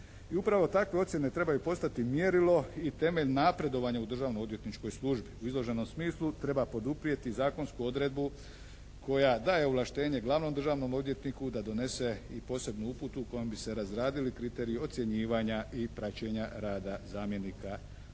upravo takve ocjene trebaju postati mjerilo i temelj napredovanja u državnoodvjetničkoj službi. U izloženom smislu treba poduprijeti zakonsku odredbu koja daje ovlaštenje glavnom državnom odvjetniku da donese i posebnu uputu kojom bi se razradili kriteriji ocjenjivanja i praćenja rada zamjenika i zamjenika